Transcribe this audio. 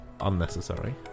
unnecessary